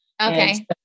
Okay